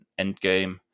Endgame